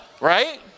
Right